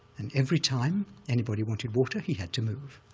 and every time anybody wanted water, he had to move,